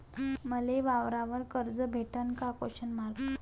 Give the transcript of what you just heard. मले वावरावर कर्ज भेटन का?